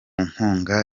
nkunga